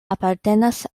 apartenas